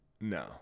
No